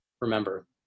remember